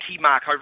mark